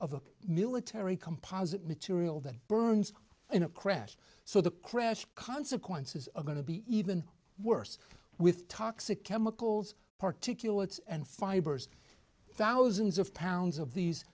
a military composite material that burns in a crash so the crash consequences are going to be even worse with toxic chemicals particulates and fibers thousands of pounds of these